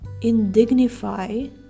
indignify